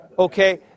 Okay